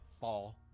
Fall